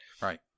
Right